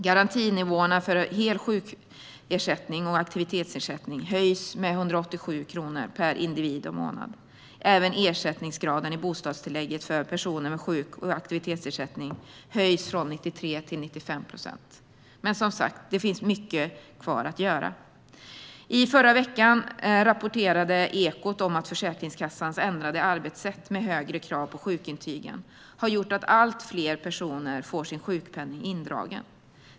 Garantinivåerna för hel sjukersättning och aktivitetsersättning höjs med 187 kronor per individ och månad. Även ersättningsgraden i bostadstillägget för personer med sjuk och aktivitetsersättning höjs från 93 till 95 procent. Men det finns, som sagt, mycket kvar att göra. I förra veckan rapporterade Ekot om att Försäkringskassans ändrade arbetssätt, med högre krav på sjukintygen, har gjort att allt fler personer får sin sjukpenning indragen.